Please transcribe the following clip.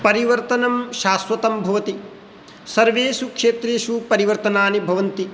परिवर्तनं शाश्वतं भवति सर्वेषु क्षेत्रेषु परिवर्तनानि भवन्ति